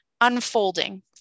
unfolding